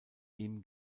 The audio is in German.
ihm